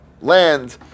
land